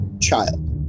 child